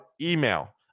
email